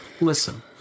Listen